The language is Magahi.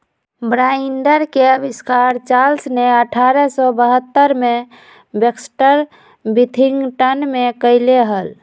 बाइंडर के आविष्कार चार्ल्स ने अठारह सौ बहत्तर में बैक्सटर विथिंगटन में कइले हल